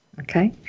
Okay